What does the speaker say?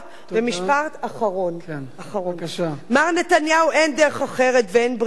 משפט אחרון, מר נתניהו, אין דרך אחרת ואין ברירה.